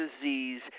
disease